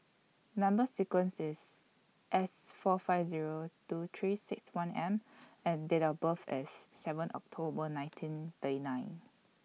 Number sequence IS S four five Zero two three six one M and Date of birth IS seven October nineteen thirty nine